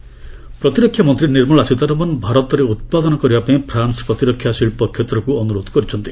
Sitharaman France ପ୍ରତିରକ୍ଷା ମନ୍ତ୍ରୀ ନିର୍ମଳା ସୀତାରମଣ ଭାରତରେ ଉତ୍ପାଦନ କରିବାପାଇଁ ଫ୍ରାନ୍ସ ପ୍ରତିରକ୍ଷା ଶିଳ୍ପ କ୍ଷେତ୍ରକୁ ଅନୁରୋଧ କରିଛନ୍ତି